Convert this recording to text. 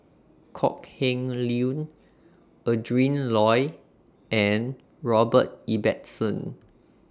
Kok Heng Leun Adrin Loi and Robert Ibbetson